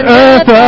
earth